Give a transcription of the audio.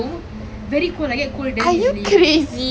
guess what K you know before that right